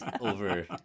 over